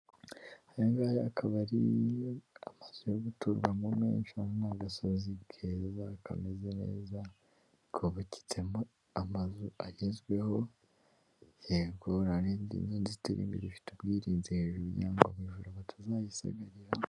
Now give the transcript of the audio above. Ayangaya akaba ari amazu yo guturamo menshi, aha ni agasozi keza kameze neza kubakitsemo amazu agezweho; yego hari n'indi ifite ubwirinzi hejuru kugira ngo abajura batazayisagarira.